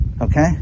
Okay